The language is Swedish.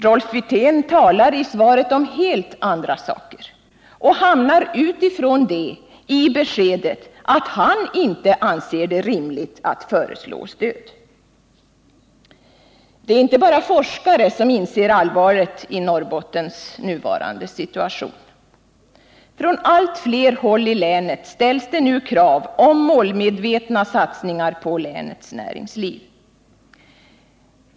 Rolf Wirtén talar i svaret om helt andra saker och hamnar utifrån det i beskedet att han inte anser det rimligt att föreslå stöd. Det är inte bara forskare som inser allvaret i Norrbottens situation. Från allt fler håll i länet ställs nu krav på målmedvetna satsningar på länets näringsliv.